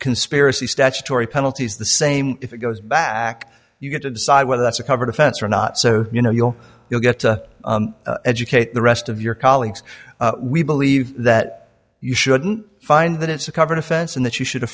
conspiracy statutory penalties the same if it goes back you get to decide whether that's a covered offense or not so you know you'll you'll get to educate the rest of your colleagues we believe that you shouldn't find that it's a covered offense and that you should